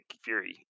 Fury